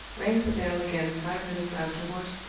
rang the bell again five minutes afterward,